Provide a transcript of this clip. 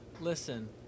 Listen